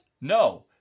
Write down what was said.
No